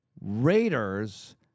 Raiders